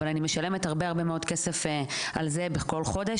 אבל אני משלמת הרבה-הרבה מאוד כסף על זה בכל חודש.